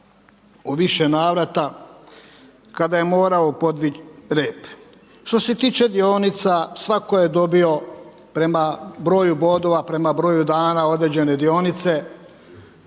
više navrata, kada je morao podvit rep. Što se tiče dionica, svatko je dobio prema broju bodova, prema broju dana određene dionice,